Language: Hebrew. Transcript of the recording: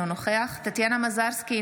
אינו נוכח טטיאנה מזרסקי,